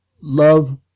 love